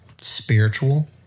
spiritual